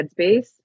headspace